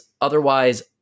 otherwise